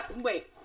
wait